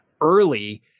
early